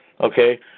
Okay